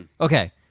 Okay